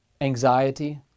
anxiety